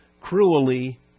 Cruelly